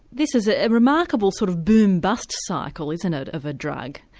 this is a a remarkable sort of boom bust cycle, isn't it, of a drug.